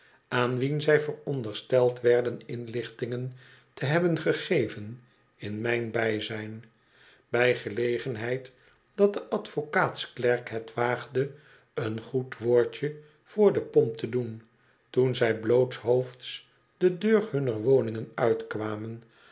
aan wien zij voorondersteld werden inlichtingen te hebben gegeven in mijn bijzijn bij gelegenheid dat de advocaatsklerk het waagde een goed woordje voor de pomp te doen toen zij blootshoofds de deur hunner woningen uitkwamen